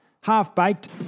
Half-baked